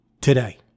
Today